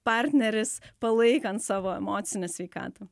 partneris palaikant savo emocinę sveikatą